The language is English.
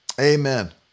amen